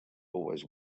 always